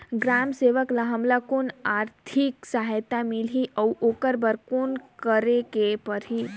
ग्राम सेवक ल हमला कौन आरथिक सहायता मिलही अउ ओकर बर कौन करे के परही?